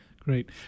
Great